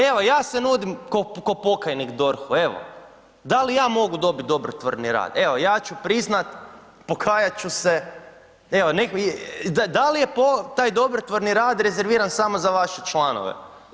Evo ja se nudim ko pokajnik DORH-u, evo, da li ja mogu dobit dobrotvorni rad, evo ja ću priznat, pokajat ću se, evo, dal je taj dobrotvorni rad rezerviran samo za vaše članove?